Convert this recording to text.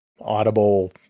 Audible